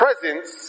presence